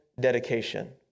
dedication